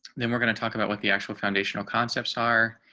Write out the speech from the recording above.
then we're going to talk about what the actual foundational concepts are